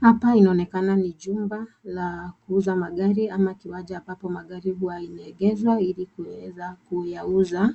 Hapa inaonekana ni jumba la kuuza magari ama kiwanja ambapo magari huwa imegezwa ili kuweza kuyauza